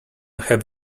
have